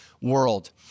world